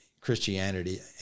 Christianity